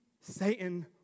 Satan